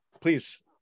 please